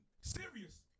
Serious